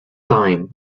time